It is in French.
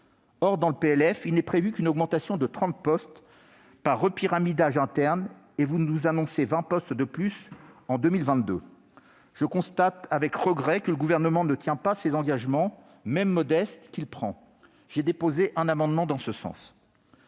Or, dans le PLF, n'est prévue qu'une augmentation de 30 postes, par repyramidage interne, tandis que vous nous annoncez 20 postes de plus en 2022. Je constate donc avec regret que le Gouvernement ne tient pas les engagements, même modestes, qu'il prend. Je précise que j'ai déposé un amendement sur ce sujet.